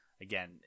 again